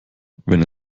wenn